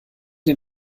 den